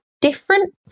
different